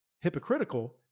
hypocritical